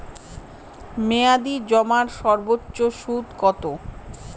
মেয়াদি জমার সর্বোচ্চ সুদ কতো?